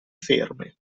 ferme